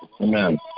Amen